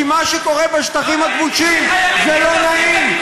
כי מה שקורה בשטחים הכבושים זה לא נעים.